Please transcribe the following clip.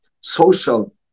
social